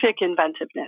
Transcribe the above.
inventiveness